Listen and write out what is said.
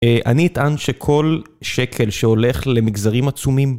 אני יטען שכל שקל שהולך למגזרים עצומים...